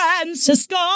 Francisco